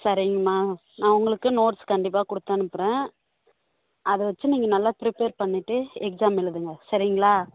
சரிங்கம்மா நான் உங்களுக்கு நோட்ஸ் கண்டிப்பாக கொடுத்து அனுப்புகிறேன் அதை வச்சு நீங்கள் நல்லா ப்ரிப்பர் பண்ணிட்டு எக்ஸாம் எழுதுங்க சரிங்களா